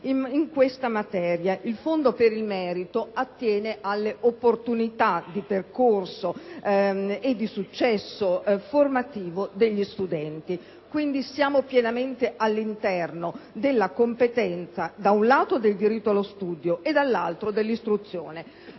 in questa materia. Il Fondo per il merito attiene alle opportunitadi percorso e di successo formativo degli studenti. Quindi, siamo pienamente all’interno della competenza, da un lato in termini di diritto lo studio, dall’altro di istruzione.